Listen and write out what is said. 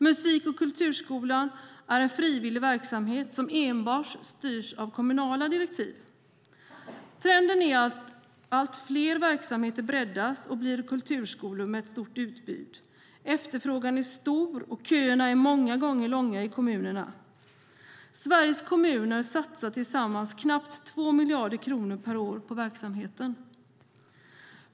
Musik och kulturskolan är en frivillig verksamhet som enbart styrs av kommunala direktiv. Trenden är att allt fler verksamheter breddas och blir kulturskolor med ett stort utbud. Efterfrågan är stor, och köerna är många gånger långa i kommunerna. Sveriges kommuner satsar tillsammans knappt 2 miljarder kronor per år på verksamheten.